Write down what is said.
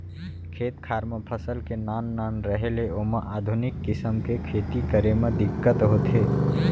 खेत खार म फसल के नान नान रहें ले ओमा आधुनिक किसम के खेती करे म दिक्कत होथे